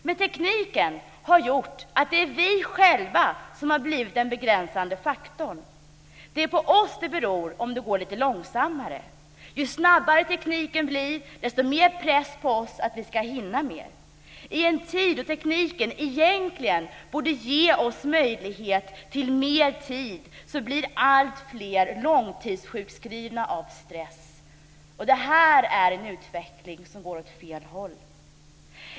Men tekniken har gjort att det är vi själva som har blivit den begränsande faktorn. Det är på oss det beror om det går lite långsammare. Ju snabbare tekniken blir, desto hårdare blir pressen på oss att vi ska hinna mer. I en tid då tekniken egentligen borde ge oss möjlighet till mer tid så blir alltfler långtidssjukskrivna på grund av stress. Detta är en utveckling som går åt fel håll.